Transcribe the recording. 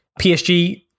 PSG